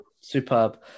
superb